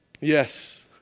Yes